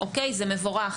זה מבורך,